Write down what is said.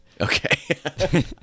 okay